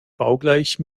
baugleich